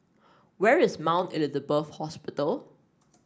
where is Mount Elizabeth Hospital